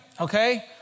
okay